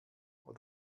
oder